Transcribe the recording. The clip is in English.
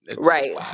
Right